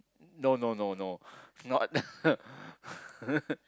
no no no no not